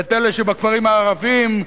ואת אלה שבכפרים הערביים,